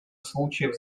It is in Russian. случаев